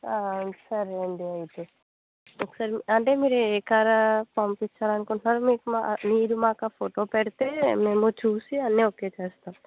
సరే అండి అయితే ఒకసారి అంటే మీరు మీరు ఏ కార్ పంపించాలి అనుకుంటున్నారో మీకు మా మీరు మాకు ఆ ఫోటో పెడితే మేము చూసి అన్నీ ఓకే చేస్తాం